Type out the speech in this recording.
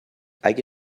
اگه